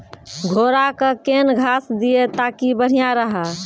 घोड़ा का केन घास दिए ताकि बढ़िया रहा?